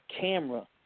camera